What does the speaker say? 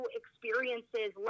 experiences